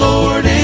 Lord